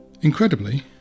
Incredibly